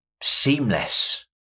Seamless